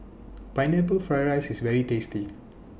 Pineapple Fried Rice IS very tasty